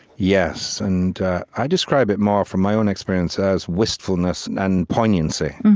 yes, and i describe it more, from my own experience, as wistfulness and poignancy,